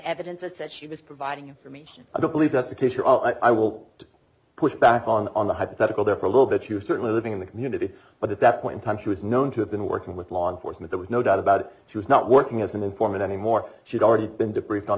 evidence that said she was providing information i believe that's the case for all i will to push back on the hypothetical there for a little bit you certainly living in the community but at that point time she was known to have been working with law enforcement there was no doubt about it she was not working as an informant anymore she'd already been debriefed on